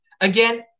Again